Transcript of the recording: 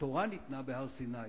התורה ניתנה בהר-סיני,